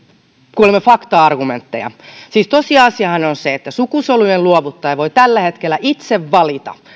kuulemme fakta argumentteja siis tosiasiahan on se että sukusolujen luovuttaja voi tällä hetkellä itse valita